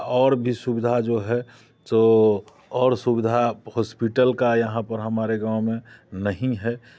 और भी सुविधा जो है जो और सुविधा हॉस्पिटल का यहाँ पर हमारे गाँव में नहीं है